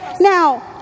now